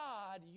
God